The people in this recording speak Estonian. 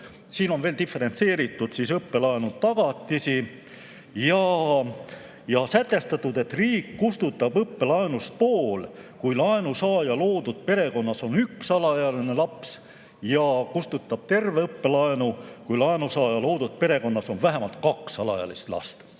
Siin on veel diferentseeritud õppelaenu tagatisi ja sätestatud, et riik kustutab õppelaenust pool, kui laenusaaja loodud perekonnas on üks alaealine laps, ja terve õppelaenu, kui laenusaaja loodud perekonnas on vähemalt kaks alaealist last.